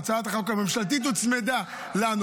הצעת החוק הממשלתית הוצמדה לנו,